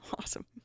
Awesome